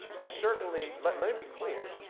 we certainly let me be clear,